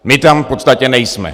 My tam v podstatě nejsme.